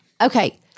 Okay